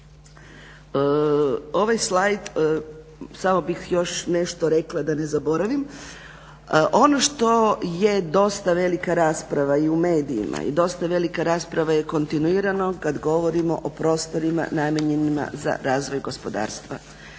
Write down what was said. Ovaj slajd samo bih još nešto rekla da ne zaboravim. Ono što je dosta velika rasprava i u medijima i dosta velika rasprava je kontinuirana kad govorimo o prostorima namijenjenima za razvoj gospodarstva.